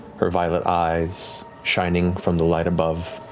her violet eyes shining from the light above.